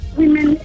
women